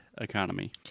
economy